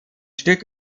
stück